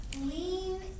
lean